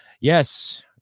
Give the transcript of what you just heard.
Yes